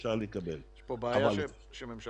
אפשר לקבל אבל חלק.